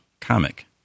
comic